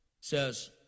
says